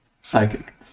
psychic